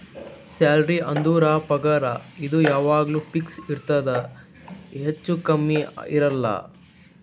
salary ಅಂದುರ್ ಪಗಾರ್ ಇದು ಯಾವಾಗ್ನು ಫಿಕ್ಸ್ ಇರ್ತುದ್ ಹೆಚ್ಚಾ ಕಮ್ಮಿ ಇರಲ್ಲ